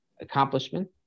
accomplishment